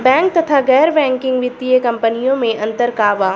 Bank तथा गैर banking वित्तीय कम्पनीयो मे अन्तर का बा?